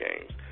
games